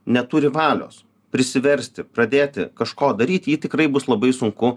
neturi valios prisiversti pradėti kažko daryti jį tikrai bus labai sunku